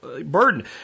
burden